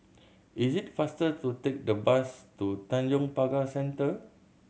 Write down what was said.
is it faster to take the bus to Tanjong Pagar Centre